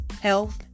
health